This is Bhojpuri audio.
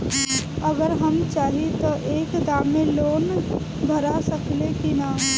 अगर हम चाहि त एक दा मे लोन भरा सकले की ना?